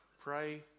Pray